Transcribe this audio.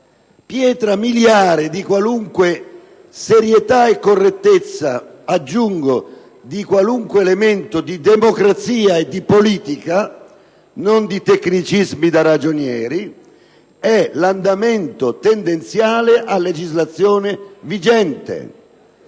pietra miliare di qualunque percorso di serietà e correttezza - aggiungo: di qualunque elemento di democrazia e di politica, e non di tecnicismi da ragionieri - è l'andamento tendenziale a legislazione vigente.